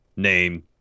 name